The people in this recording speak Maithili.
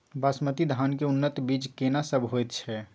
बासमती धान के उन्नत बीज केना सब होयत छै?